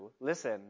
listen